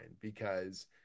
because-